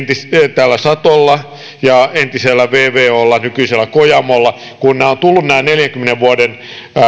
satolla ja entisellä vvolla nykyisellä kojamolla ovat tulleet nämä neljänkymmenen vuoden